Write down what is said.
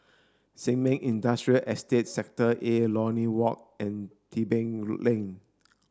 Sin Ming Industrial Estate Sector A Lornie Walk and Tebing Lane